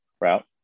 route